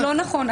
לא נכון.